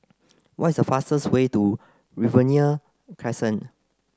what's the fastest way to Riverina Crescent